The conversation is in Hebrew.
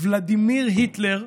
"ולדימיר היטלר".